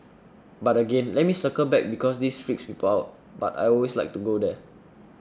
but again let me circle back because this freaks people out but I always like to go there